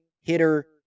hitter